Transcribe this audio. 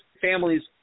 families